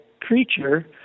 creature